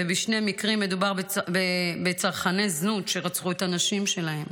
ובשני מקרים מדובר בצרכני זונות שרצחו את הנשים שלהם.